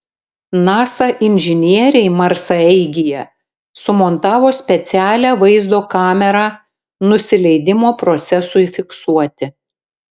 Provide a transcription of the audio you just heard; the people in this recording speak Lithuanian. nasa inžinieriai marsaeigyje sumontavo specialią vaizdo kamerą nusileidimo procesui fiksuoti